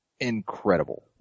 incredible